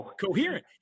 coherent